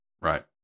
right